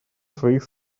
своих